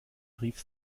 rief